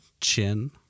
chin